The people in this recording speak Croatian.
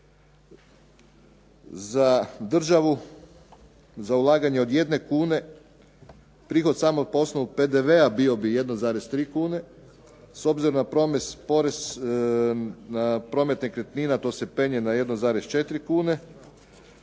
za državu, za ulaganje od jedne kune prihod samo od poslanog PDV-a bio bi 1,3 kune. S obzirom na porez na promet nekretnina to se penje na 1,4 kune,